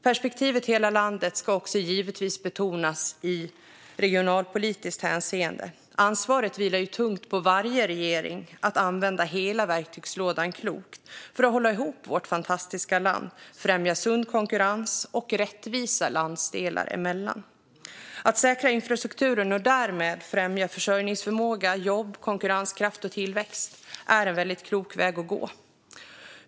Perspektivet hela landet ska givetvis också betonas i regionalpolitiskt hänseende. Ansvaret vilar tungt på varje regering att använda hela verktygslådan klokt för att hålla ihop vårt fantastiska land och främja sund konkurrens och rättvisa landsdelar emellan. Att säkra infrastrukturen och därmed främja försörjningsförmåga, jobb, konkurrenskraft och tillväxt är en klok väg att gå.